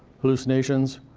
hallucinations,